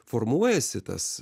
formuojasi tas